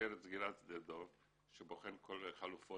במסגרת סגירת שדה דב שבוחן את כל החלופות